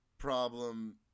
problem